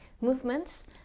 Movements